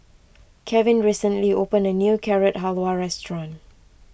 Kevin recently opened a new Carrot Halwa restaurant